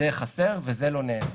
זה חסר וזה לא נהנה.